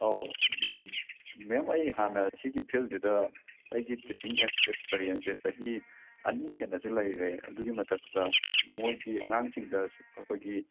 ꯑꯧ ꯃꯦꯝ ꯑꯩ ꯍꯥꯟꯅ ꯁꯤꯒꯤ ꯐꯤꯜꯁꯤꯗ ꯑꯩꯒꯤ ꯇꯤꯆꯤꯡ ꯑꯦꯛꯁꯄꯦꯔ꯭ꯌꯦꯟꯁꯁꯦ ꯆꯍꯤ ꯑꯅꯤ ꯍꯦꯟꯅꯁꯨ ꯂꯩꯔꯦ ꯑꯗꯨꯒꯤꯁꯨ ꯃꯊꯛꯇ ꯃꯈꯣꯏꯒꯤ ꯑꯉꯥꯡꯁꯤꯡꯗ ꯑꯩꯈꯣꯏꯒꯤ